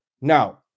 now